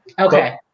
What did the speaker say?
Okay